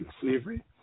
slavery